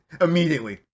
Immediately